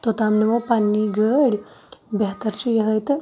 توٚتام نِمو پَننی گٲڑۍ بہتَر چھُ یِہے تہٕ